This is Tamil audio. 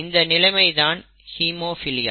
இந்த நிலைமைதான் ஹீமோபிலியா